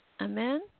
Amen